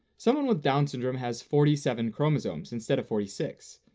someone with down syndrome has forty seven chromosomes instead of forty six,